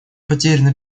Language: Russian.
потеряно